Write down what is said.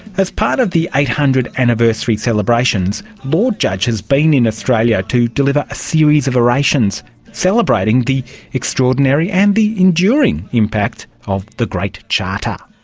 as part of the eight hundred anniversary celebrations, lord judge has been in australia to deliver a series of orations celebrating the extraordinary and the enduring impact of the great charter.